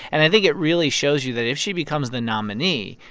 and i think it really shows you that if she becomes the nominee,